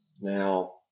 Now